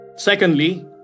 Secondly